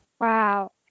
Wow